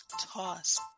Toss